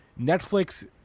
netflix